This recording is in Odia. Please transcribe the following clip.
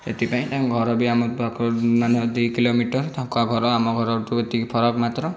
ସେଥିପାଇଁ ତାଙ୍କ ଘର ବି ଆମ ପାଖମାନେ ଦୁଇ କିଲୋମିଟର୍ ତାଙ୍କ ଘର ଆମ ଘରଠୁ ଏତିକି ଫରକ୍ ମାତ୍ର